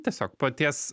tiesiog paties